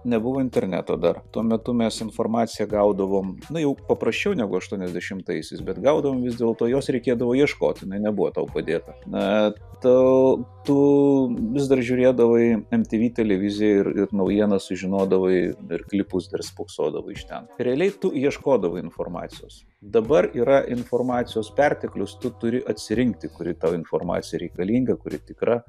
nebuvo interneto dar tuo metu mes informaciją gaudavom na jau paprasčiau negu aštuoniasdešimtaisiais bet gaudavom vis dėlto jos reikėdavo ieškoti ji nebuvo tau padėti na tu tu vis dar žiūrėdavai ty vy televiziją ir ir naujienas sužinodavai ir klipus dar spoksodavai iš ten realiai tu ieškodavai informacijos dabar yra informacijos perteklius tu turi atsirinkti kuri tau informacija reikalinga kuri tikra